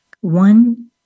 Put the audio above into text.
One